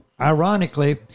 ironically